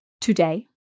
today